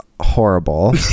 horrible